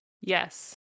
yes